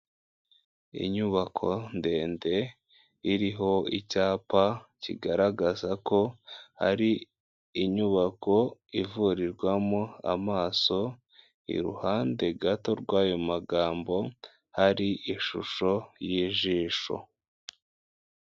Inyubako ndende iriho icyapa kigaragaza ko hari inyubako ivurirwamo amaso, iruhande gato rw'ayo magambo hari ishusho y'ijisho.